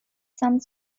some